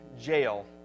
jail